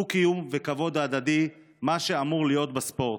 דו-קיום וכבוד הדדי, מה שאמור להיות בספורט.